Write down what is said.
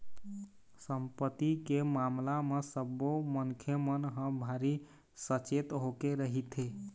संपत्ति के मामला म सब्बो मनखे मन ह भारी सचेत होके रहिथे